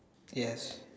ya